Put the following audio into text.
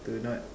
to not